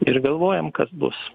ir galvojam kas bus